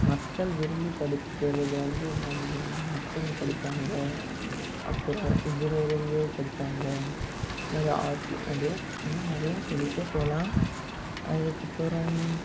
மக்கள் விரும்பி படிப்பிறது வந்து என்னெனானா நர்ஸிங் படிப்பாங்க அப்புறம் இன்ஜினியரிங்கு படிப்பாங்க இது மாதிரி ஆர்ட்ஸு நிறைய இன்னும் நிறைய சொல்லிகிட்டே போகலாம் அதுக்கப்புறம்